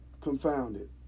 confounded